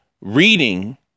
reading